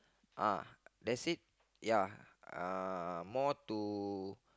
uh that's it ya uh more to